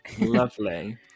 lovely